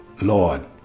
Lord